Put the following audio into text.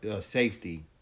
safety